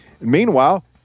Meanwhile